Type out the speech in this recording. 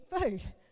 food